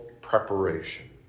preparation